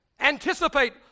Anticipate